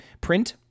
print